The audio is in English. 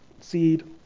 seed